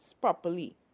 properly